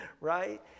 right